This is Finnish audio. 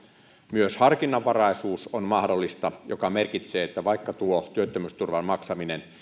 myös harkinnanvaraisuus on mahdollista mikä merkitsee sitä että vaikka työttömyysturvan maksaminen